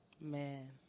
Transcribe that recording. Man